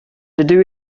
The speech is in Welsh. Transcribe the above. dydw